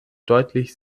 deutlich